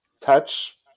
touch